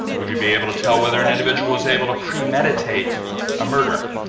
would you be able to tell whether an individual is able to premeditate a murder?